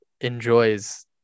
enjoys